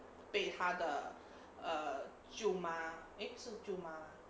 被他的 err 舅妈 eh 是舅妈吗